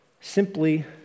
simply